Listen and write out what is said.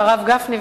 הרב גפני,